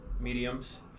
mediums